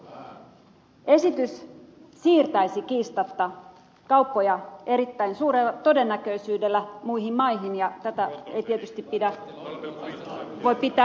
esitys siirtäisi kiistatta kauppoja erittäin suurella todennäköisyydellä muihin maihin ja tätä ei tietysti voi pitää hyvänä kehityksenä